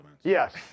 Yes